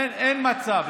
אין מצב.